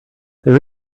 there